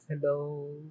Hello